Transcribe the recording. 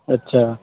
अच्छा